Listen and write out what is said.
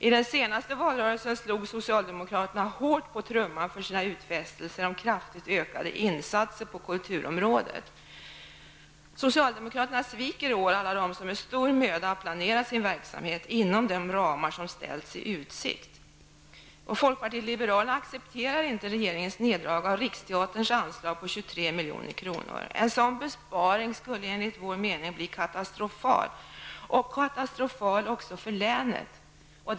I den senaste valrörelsen slog socialdemokraterna hårt på trumman för sina utfästelser om kraftigt ökade insatser på kulturområdet. Socialdemokraterna sviker i år alla dem som med stor möda planerat sin verksamhet inom de ramar som ställts i utsikt. En sådan besparing skulle enligt vår mening bli katastrofal, också för vårt län.